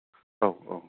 औ औ